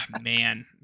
man